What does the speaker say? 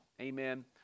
amen